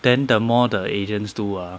then the more the agents do ah